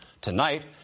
Tonight